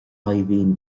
shaidhbhín